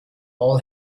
all